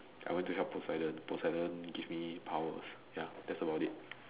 I went to help Poseidon Poseidon give me powers ya that's about it